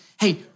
hey